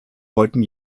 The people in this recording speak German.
wollten